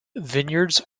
vineyards